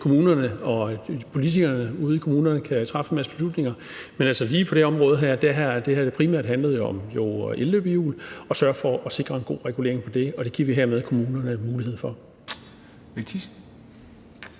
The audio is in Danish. til kommunerne og til, at politikerne ude i kommunerne kan træffe en masse beslutninger. Men lige på det område her har det jo primært handlet om elløbehjul og om at sørge for at sikre en god regulering på det. Og det giver vi hermed kommunerne mulighed for.